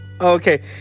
Okay